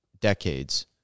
decades